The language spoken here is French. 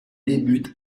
débute